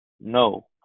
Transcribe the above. no